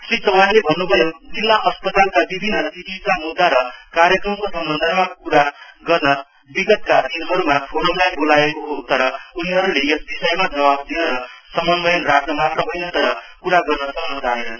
श्री चौहानले भन्नुभयो जिल्ला अस्पतालका विभिन्न चिकित्सा मुद्दा र कार्यक्रमको सम्बन्धमा कुरा गर्न विगतका दिनहरूमा फोरमलाई बोलाईएको हो तर उनीहरूले यस विषयमा जवाफ दिन र समन्वयन राख्न मात्र होइन तर कुरा गर्रन सम्म चाहेनन्